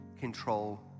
control